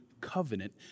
covenant